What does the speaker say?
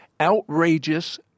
outrageous